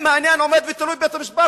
אם העניין עומד ותלוי בבית-המשפט,